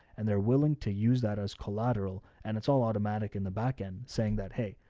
and they're willing to use that as collateral. and it's all automatic in the backend saying that, hey,